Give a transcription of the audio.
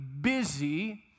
busy